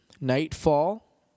Nightfall